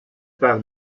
par